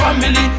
family